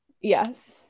yes